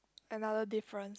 another difference